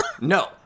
no